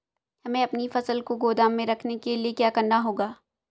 हमें अपनी फसल को गोदाम में रखने के लिये क्या करना होगा?